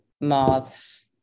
moths